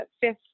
fifth